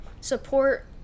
support